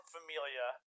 Familia